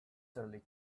lee